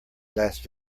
last